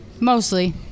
Mostly